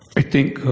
i think